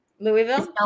Louisville